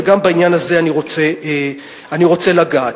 וגם בעניין הזה אני רוצה לגעת.